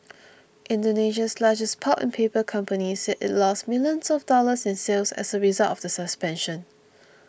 Indonesia's largest pulp and paper company said it lost millions of dollars in sales as a result of the suspension